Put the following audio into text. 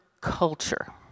culture